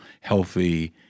healthy